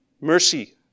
Mercy